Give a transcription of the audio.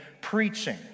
preaching